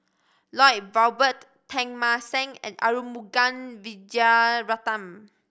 Lloyd Valberg Teng Mah Seng and Arumugam Vijiaratnam